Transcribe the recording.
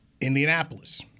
Indianapolis